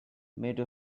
made